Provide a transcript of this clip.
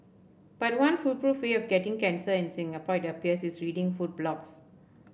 but one foolproof way of getting cancer in Singapore it appears is reading food blogs